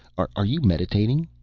are you meditating?